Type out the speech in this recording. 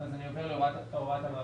אני עובר להוראת המעבר.